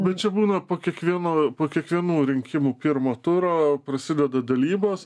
nu čia būna po kiekvieno po kiekvienų rinkimų pirmo turo prasideda dalybos